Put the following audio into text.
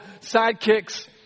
sidekicks